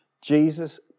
Jesus